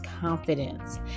confidence